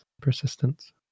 persistence